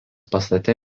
pastate